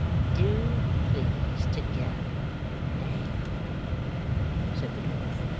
do please to go now said the dwarf.